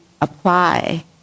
apply